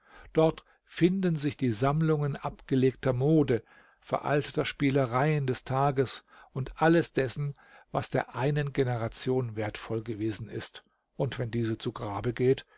dort finden sich die sammlungen abgelegter mode veralteter spielereien des tages und alles dessen was der einen generation wertvoll gewesen ist und wenn diese zu grabe geht